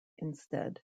instead